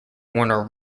warner